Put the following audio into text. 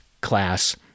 class